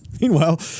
Meanwhile